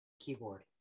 keyboard